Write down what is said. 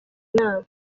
nama